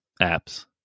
apps